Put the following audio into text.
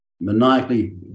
maniacally